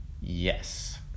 yes